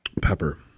Pepper